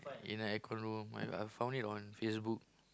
in a aircon room I I've found it on Facebook